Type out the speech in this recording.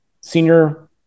senior